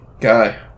Guy